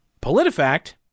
PolitiFact